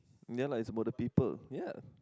ya lah it's about the people ya